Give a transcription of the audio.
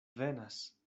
venas